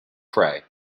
fray